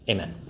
Amen